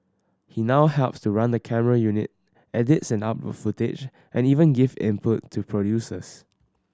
he now helps to run the camera unit edits and uploads footage and even gives input to producers